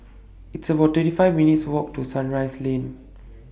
It's about thirty five minutes' Walk to Sunrise Lane